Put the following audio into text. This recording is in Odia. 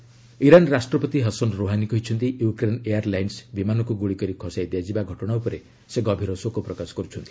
ଇରାନ୍ ପ୍ଲେନ୍ ଇରାନ୍ ରାଷ୍ଟ୍ରପତି ହାସନ୍ ରୋହାନୀ କହିଛନ୍ତି ୟୁକ୍ରେନ୍ ଏୟାର୍ ଲାଇନ୍ସ ବିମାନକ୍ ଗ୍ରଳି କରି ଖସାଇ ଦିଆଯିବା ଘଟଣା ଉପରେ ସେ ଗଭୀର ଶୋକ ପ୍ରକାଶ କରୁଛନ୍ତି